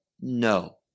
no